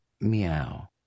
meow